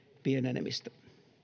pienenemistä